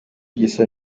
gisa